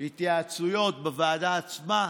התייעצויות בוועדה עצמה.